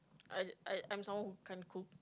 I'm I'm I'm someone who can't cook